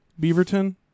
beaverton